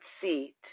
seat